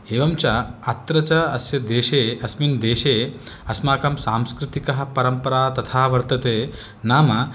एवं च अत्र च अस्य देशे अस्मिन् देशे अस्माकं सांस्कृतिकः परम्परा तथा वर्तते नाम